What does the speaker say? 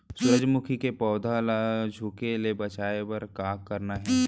सूरजमुखी के पौधा ला झुके ले बचाए बर का करना हे?